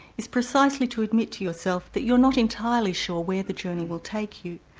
is precisely to admit to yourself that you're not entirely sure where the journey will take you.